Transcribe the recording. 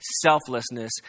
selflessness